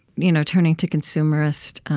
you know turning to consumerist